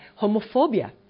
homophobia